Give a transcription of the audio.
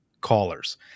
callers